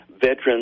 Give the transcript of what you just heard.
veterans